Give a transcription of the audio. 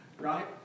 Right